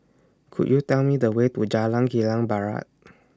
Could YOU Tell Me The Way to Jalan Kilang Barat